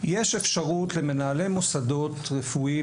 יש אפשרות למנהלי מוסדות רפואיים,